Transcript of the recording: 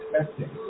expecting